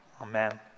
Amen